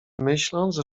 myśląc